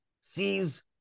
sees